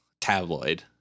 tabloid